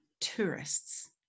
Tourists